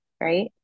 right